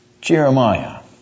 Jeremiah